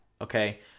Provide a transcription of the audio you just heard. okay